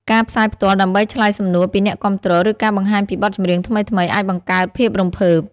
ការផ្សាយផ្ទាល់ដើម្បីឆ្លើយសំណួរពីអ្នកគាំទ្រ ឬការបង្ហាញពីបទចម្រៀងថ្មីៗ អាចបង្កើតភាពរំភើប។